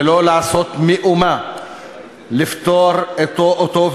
ולא לעשות מאומה כדי לפתור אותו,